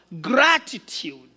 gratitude